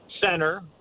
center